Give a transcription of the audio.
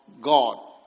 God